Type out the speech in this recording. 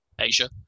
Asia